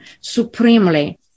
supremely